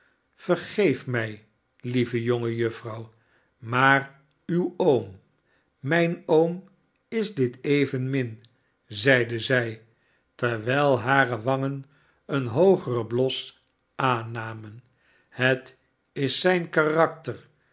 vergeef mij lieve jonge juffrouw maar uw oom mijn oom is dit evenmin zeide zij terwijl hare wangen een hoogeren bios aannamen het is zijn karakter